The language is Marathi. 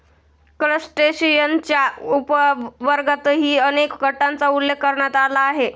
क्रस्टेशियन्सच्या उपवर्गांतर्गतही अनेक गटांचा उल्लेख करण्यात आला आहे